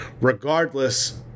regardless